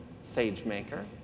SageMaker